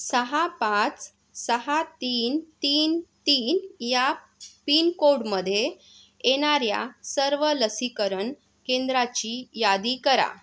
सहा पाच सहा तीन तीन तीन या पिनकोडमध्ये येणाऱ्या सर्व लसीकरण केंद्राची यादी करा